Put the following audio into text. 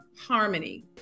harmony